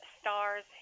stars